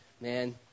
man